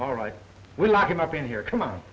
all right we lock him up in here come on